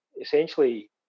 Essentially